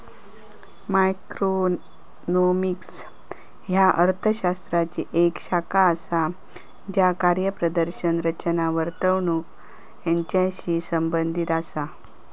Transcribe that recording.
macroeconomics ह्या अर्थ शास्त्राची येक शाखा असा ज्या कार्यप्रदर्शन, रचना, वर्तणूक यांचाशी संबंधित असा